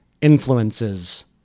influences